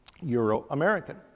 Euro-American